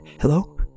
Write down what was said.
Hello